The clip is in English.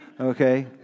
Okay